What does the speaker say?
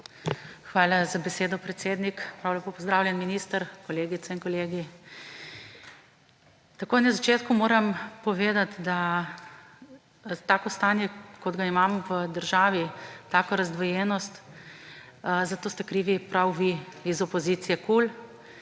Hvala za besedo, predsednik. Prav lepo pozdravljeni, minister, kolegice in kolegi! Takoj na začetku moram povedati, da za tako stanje, kot ga imamo v državi, tako razdvojenost, za to ste krivi prav vi iz opozicije KUL,